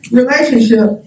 relationship